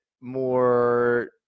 more